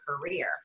career